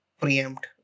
preempt